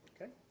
Okay